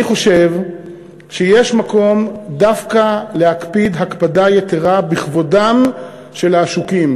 אני חושב שיש מקום דווקא להקפיד הקפדה יתרה בכבודם של העשוקים.